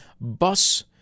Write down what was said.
bus